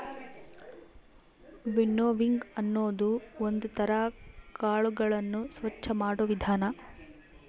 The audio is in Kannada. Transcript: ವಿನ್ನೋವಿಂಗ್ ಅನ್ನೋದು ಒಂದ್ ತರ ಕಾಳುಗಳನ್ನು ಸ್ವಚ್ಚ ಮಾಡೋ ವಿಧಾನ